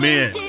Men